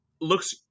looks